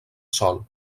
sol